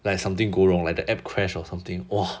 like something go wrong like that app crash or something !wah!